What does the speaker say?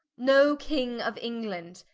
no king of england,